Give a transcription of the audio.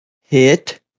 hit